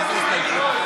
סגן השר בן-דהן,